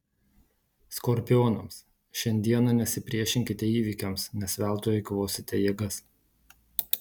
skorpionams šiandieną nesipriešinkite įvykiams nes veltui eikvosite jėgas